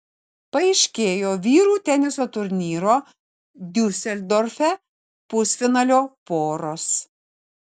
paaiškėjo vyrų teniso turnyro diuseldorfe pusfinalio poros